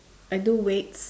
I do weights